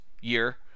year